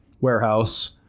warehouse